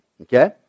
Okay